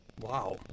wow